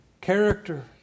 character